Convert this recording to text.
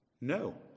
No